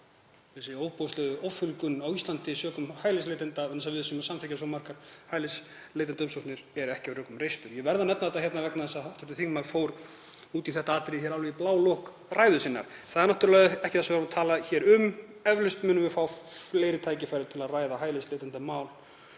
um ofboðslega offjölgun á Íslandi sökum hælisleitenda, vegna þess að við séum að samþykkja svo margar hælisleitendaumsóknir, er ekki á rökum reist. Ég verð að nefna þetta hérna vegna þess að hv. þingmaður fór út í þetta atriði alveg í blálok ræðu sinnar. Það er náttúrlega ekki það sem við vorum að tala um hér. Eflaust munum við fá fleiri tækifæri til að ræða hælisleitendamál